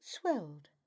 swelled